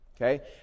Okay